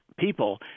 people